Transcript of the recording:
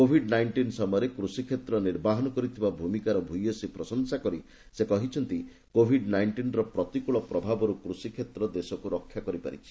Covid nineteen ସମୟରେ କୃଷି କ୍ଷେତ୍ର ନିର୍ବାହନ କରିଥିବା ଭୂମିକାର ଭୂୟସୀ ପ୍ରଶଂସା କରି ମନ୍ତ୍ରୀ କହିଛନ୍ତି କୋବିଡ୍ ନାଇଞ୍ଜିନ୍ର ପ୍ରତିକୂଳ ପ୍ରଭାବରୁ କୃଷି କ୍ଷେତ୍ର ଦେଶକୁ ରକ୍ଷା କରିପାରିଛି